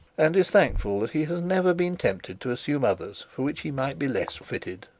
and is thankful that he has never been tempted to assume others for which he might be less fitted.